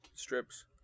Strips